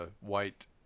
white